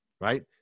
right